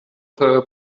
teure